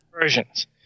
versions